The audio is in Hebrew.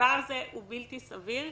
הדבר הזה הוא בלתי סביר,